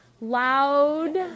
loud